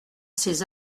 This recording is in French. ces